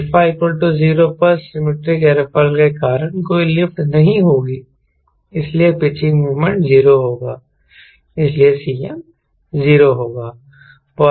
α 0 पर symmetric airfoil के कारण कोई लिफ्ट नहीं होगी इसलिए पिचिंग मोमेंट 0 होगा इसलिए Cm 0 होगा